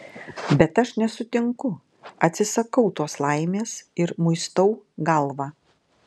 bet aš nesutinku atsisakau tos laimės ir muistau galvą